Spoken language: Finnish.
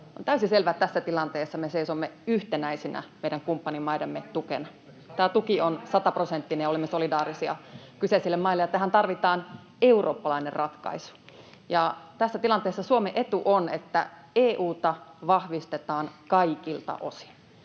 On täysin selvää, että tässä tilanteessa me seisomme yhtenäisinä meidän kumppanimaidemme tukena. [Kristillisdemokraattien ryhmästä: Paitsi Saramo!] Tämä tuki on sataprosenttinen ja olemme solidaarisia kyseisille maille, ja tähän tarvitaan eurooppalainen ratkaisu. Tässä tilanteessa Suomen etu on, että EU:ta vahvistetaan kaikilta osin.